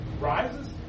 rises